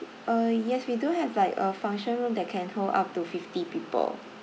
uh yes we do have like a function room that can hold up to fifty people